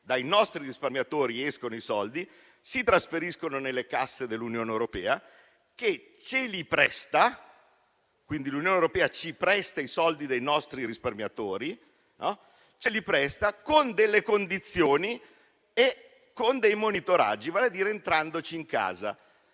dei nostri risparmiatori, si trasferiscono nelle casse dell'Unione europea che ce li presta (quindi l'Unione europea ci presta i soldi dei nostri risparmiatori) con condizioni e con monitoraggi, vale a dire entrandoci in casa.